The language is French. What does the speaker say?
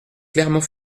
clermont